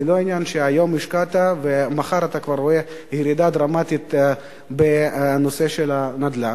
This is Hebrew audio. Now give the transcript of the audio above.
זה לא שהיום השקעת ומחר תראה כבר ירידה דרמטית בנושא הנדל"ן.